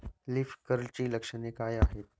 Leaf कर्लची लक्षणे काय आहेत?